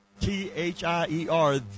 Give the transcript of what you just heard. T-H-I-E-R